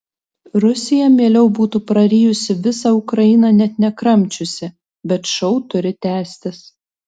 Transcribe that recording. rusija mieliau būtų prarijusi visą ukrainą net nekramčiusi bet šou turi tęstis